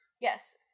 Yes